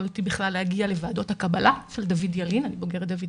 יכולתי להגיע לוועדות הקבלה של "דוד ילין",